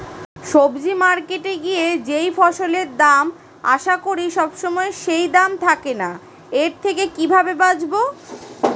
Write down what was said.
সবজি মার্কেটে গিয়ে যেই ফসলের দাম আশা করি সবসময় সেই দাম থাকে না এর থেকে কিভাবে বাঁচাবো?